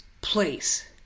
place